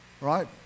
Right